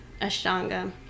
Ashtanga